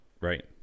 right